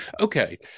Okay